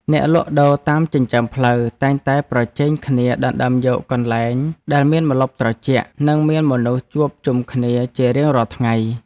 អ្នកលក់ដូរតាមចិញ្ចើមផ្លូវតែងតែប្រជែងគ្នាដណ្តើមយកកន្លែងដែលមានម្លប់ត្រជាក់ និងមានមនុស្សជួបជុំគ្នាជារៀងរាល់ថ្ងៃ។